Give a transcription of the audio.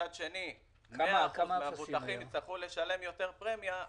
מצד שני המבוטחים יצטרכו לשלם יותר פרמיה,